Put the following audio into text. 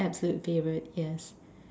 absolute favorite yes